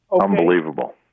Unbelievable